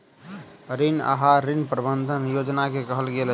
ऋण आहार, ऋण प्रबंधन योजना के कहल गेल अछि